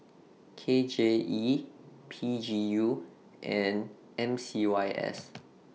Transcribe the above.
K J E P G U and M C Y S